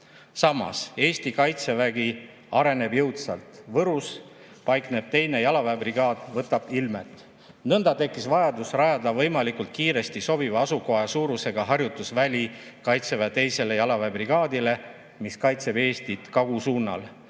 Samas, Eesti kaitsevägi areneb jõudsalt. Võrus paiknev 2. jalaväebrigaad võtab ilmet. Nõnda tekkis vajadus rajada võimalikult kiiresti sobiva asukoha ja suurusega harjutusväli 2. jalaväebrigaadile, mis kaitseb Eestit kagusuunal.